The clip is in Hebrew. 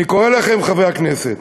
אני קורא לכם, חברי הכנסת,